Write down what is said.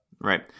right